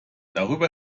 darüber